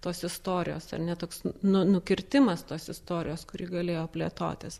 tos istorijos ar ne toks nu nukirtimas tos istorijos kuri galėjo plėtotis